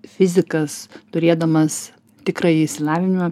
fizikas turėdamas tikrąjį išsilavinimą